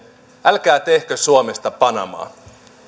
älkää tehkö suomesta panamaa